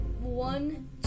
One